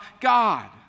God